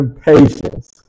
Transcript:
patience